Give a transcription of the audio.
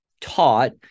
taught